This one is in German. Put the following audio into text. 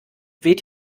weht